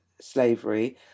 slavery